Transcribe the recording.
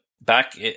back